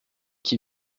qui